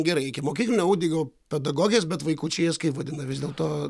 gerai ikimokyklinio udygo pedagogės bet vaikučiai jas kaip vadina vis dėlto